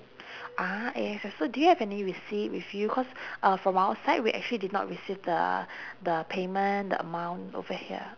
ah A_X_S so do you have any receipt with you cause uh from our side we actually did not receive the the payment the amount over here